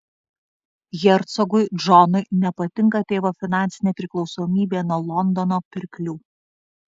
hercogui džonui nepatinka tėvo finansinė priklausomybė nuo londono pirklių